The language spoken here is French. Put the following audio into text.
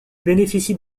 bénéficie